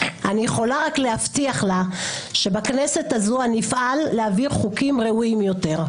אני יכולה רק להבטיח לה שבכנסת הזו אני אפעל להעביר חוקים ראויים יותר.